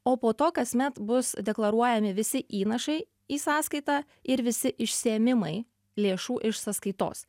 o po to kasmet bus deklaruojami visi įnašai į sąskaitą ir visi išsiėmimai lėšų iš sąskaitos